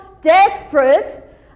desperate